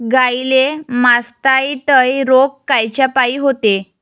गाईले मासटायटय रोग कायच्यापाई होते?